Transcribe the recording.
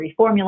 reformulate